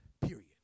period